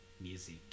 music